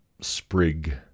sprig